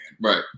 right